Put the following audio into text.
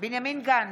בנימין גנץ,